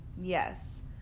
Yes